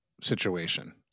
situation